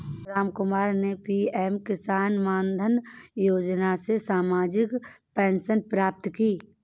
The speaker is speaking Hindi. रामकुमार ने पी.एम किसान मानधन योजना से मासिक पेंशन प्राप्त की